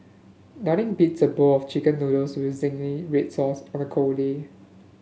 nothing beats a bowl of chicken noodles with zingy read sauce on a cold day